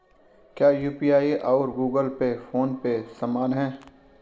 क्या यू.पी.आई और Google Pay PhonePe समान हैं?